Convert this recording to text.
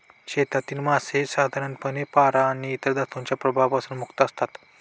शेतातील मासे साधारणपणे पारा आणि इतर धातूंच्या प्रभावापासून मुक्त असतात